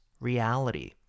reality